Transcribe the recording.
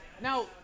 Now